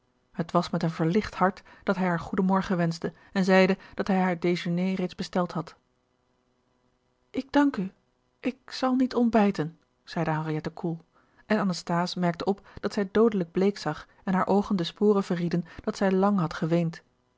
het was met een verlicht hart dat hij haar gerard keller het testament van mevrouw de tonnette goeden morgen wenschte en zeide dat hij haar dejeuné reeds besteld had ik dank u ik zal niet ontbijten zeide henriette koel en anasthase merkte op dat zij doodelijk bleek zag en hare oogen de sporen verrieden dat zij lang had geweend